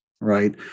right